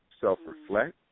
self-reflect